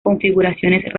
configuraciones